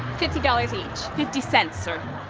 fifty dollars each fifty cents, sir.